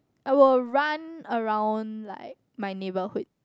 I will run around like my neighbourhood